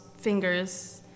fingers